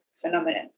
phenomenon